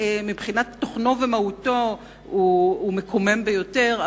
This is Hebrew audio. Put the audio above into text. מבחינת תוכנו ומהותו הוא מקומם ביותר,